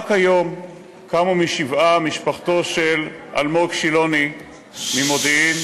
רק היום קמה משבעה משפחתו של אלמוג שילוני ממודיעין,